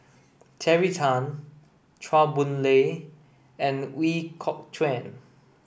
Terry Tan Chua Boon Lay and Ooi Kok Chuen